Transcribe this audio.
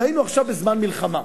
שהיינו עכשיו בזמן מלחמה,